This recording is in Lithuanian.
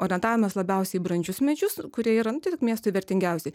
orientavimas labiausiai į brandžius medžius kurie yra nu tiesiog miestui vertingiausi